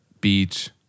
beach